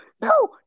No